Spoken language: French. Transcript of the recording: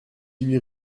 huit